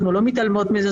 אנחנו לא מתעלמות מזה,